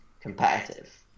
competitive